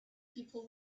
people